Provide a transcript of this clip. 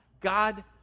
God